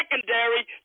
secondary